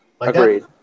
Agreed